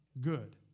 good